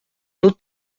notre